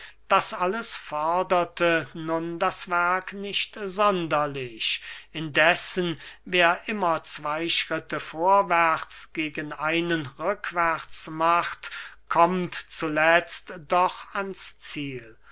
das alles förderte nun das werk nicht sonderlich indessen wer immer zwey schritte vorwärts gegen einen rückwärts macht kommt zuletzt doch ans ziel